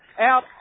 out